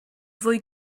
fwy